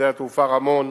שדה התעופה רמון,